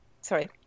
Sorry